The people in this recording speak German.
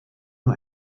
nur